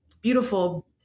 beautiful